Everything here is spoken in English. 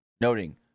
Noting